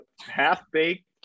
half-baked